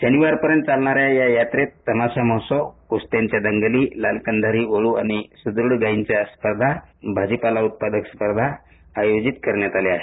शनिवार पर्यंत चालनाऱ्या या यात्रेत तमाशा महोत्सव कुस्त्यांचा दंगली लालकंधारी वळू आणि सुद्रड गाईच्या स्पर्धा भाजीपाला उत्पादक स्पर्धा आयोजित करण्यात आल्या आहेत